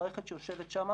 מערכת שיושבת שם